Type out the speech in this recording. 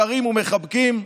שרים ומחבקים?